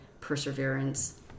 perseverance